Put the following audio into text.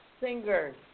singers